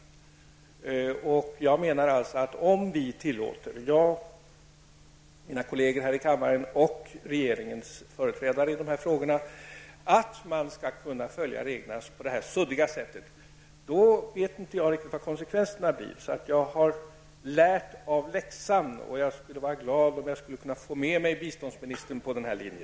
Jag menar att om vi -- jag, mina kolleger i kammaren och regeringens företrädare i dessa frågor -- tillåter att man följer reglerna på detta suddiga sätt, vet jag inte riktigt vad konsekvenserna blir. Jag har lärt av läxan. Jag skulle vara glad om jag kunde få med mig biståndsministern på denna linje.